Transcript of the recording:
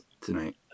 tonight